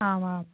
आम् आम्